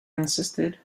insisted